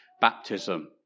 baptism